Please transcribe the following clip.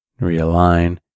realign